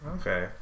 okay